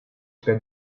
père